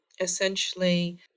essentially